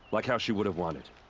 like how she would've wanted.